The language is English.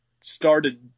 started